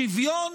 שוויון,